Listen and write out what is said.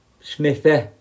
Smithy